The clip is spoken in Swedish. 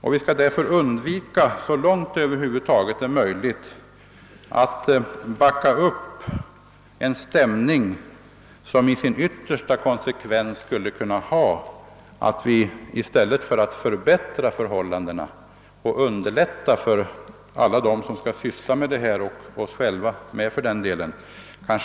Därför skall vi, så långt det är möjligt, undvika att driva fram en stämning som till yttersta konsekvens skulle kunna få att vi, i stället för att förbättra förhållandena och underlätta för oss alla som skall syssla med dessa frågor,